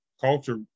culture